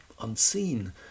unseen